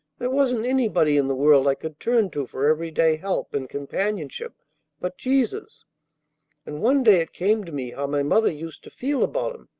there wasn't anybody in the world i could turn to for every-day help and companionship but jesus and one day it came to me how my mother used to feel about him,